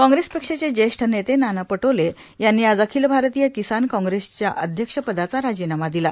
काँप्रेस पक्षाचे ज्वेष्ठ नेते नाना पटोले यांनी आज अखिल भारतीय किसान काँप्रेसच्या अध्यक्ष पदाचा राजीनामा दिला